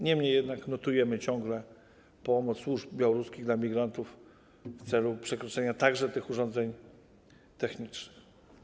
Niemniej jednak ciągle notujemy pomoc służ białoruskich dla migrantów w celu przekroczenia także tych urządzeń technicznych.